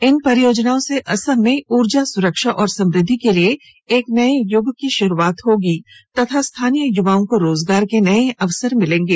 इन परियोजनाओं से असम में ऊर्जा सुरक्षा और समुद्धि के एक नए युग की शुरुआत होगी तथा स्थानीय युवाओं को रोजगार के नए अवसर मिलेंगे